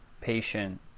patient